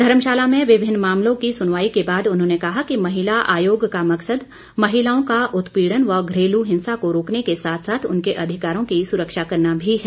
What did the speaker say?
घर्मशाला में विभिन्न मामलों की सुनवाई के बाद उन्होंने कहा कि महिला आयोग का मकसद महिलाओं का उत्पीड़न व घरेलू हिंसा को रोकने के साथ साथ उनके अधिकारों की सुरक्षा करना भी है